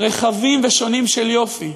רחבים ושונים של יופי,